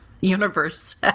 universe